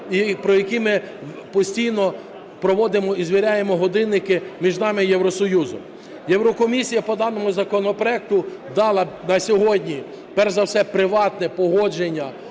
про які ми постійно проводимо і звіряємо годинники між нами і Євросоюзом. Єврокомісія по даному законопроекту дала на сьогодні перш за все приватне погодження